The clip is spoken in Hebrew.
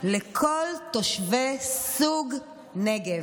לכל תושבי סוג נגב.